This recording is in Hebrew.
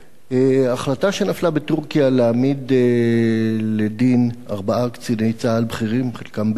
ההחלטה שנפלה בטורקיה להעמיד לדין ארבעה קציני צה"ל בכירים בדימוס